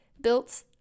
built